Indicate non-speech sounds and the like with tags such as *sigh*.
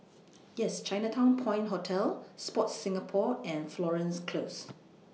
*noise* Yes Chinatown Point Hotel Sport Singapore and Florence Close